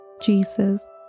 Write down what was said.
Jesus